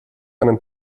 einen